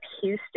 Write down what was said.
Houston